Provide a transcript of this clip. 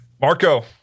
Marco